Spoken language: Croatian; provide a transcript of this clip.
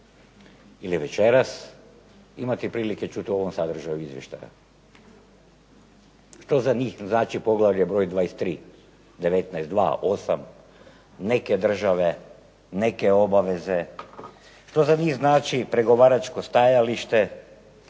ili večeras imati prilike čuti o ovom sadržaju izvještaja, što za njih znači poglavlje broj 23., 19., 2., 8., neke države, neke obaveze, što za njih znači pregovaračko stajalište,